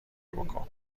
بکن